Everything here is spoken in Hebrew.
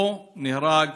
ונהרג